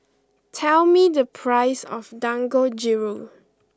tell me the price of Dangojiru